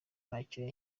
ntacyo